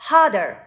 Harder